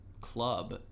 club